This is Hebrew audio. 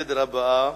הנושא הבא: